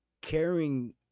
caring